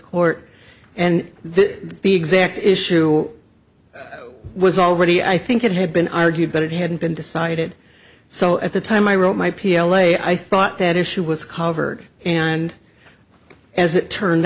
court and the exact issue was already i think it had been argued but it hadn't been decided so at the time i wrote my p l a i thought that issue was covered and as it turned